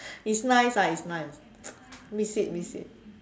is nice ah is nice miss it miss it